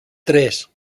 tres